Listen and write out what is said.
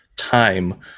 time